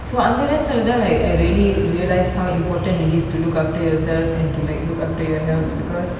so அந்தநேரத்துலதான்:antha nerathula thaan like I really realise how important it is to look after yourself into to like look after your health because